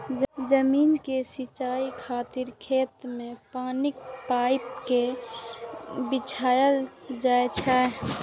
जमीन के सिंचाइ खातिर खेत मे पानिक पाइप कें बिछायल जाइ छै